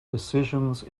decisions